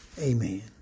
Amen